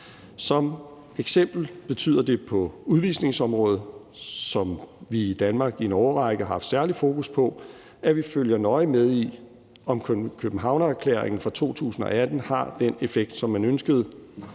Som eksempel betyder det på udvisningsområdet, som vi i Danmark i en årrække har haft særligt fokus på, at vi følger nøje med i, om Københavnererklæringen fra 2018 har den effekt, som man ønskede.